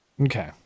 Okay